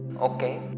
Okay